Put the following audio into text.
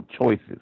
choices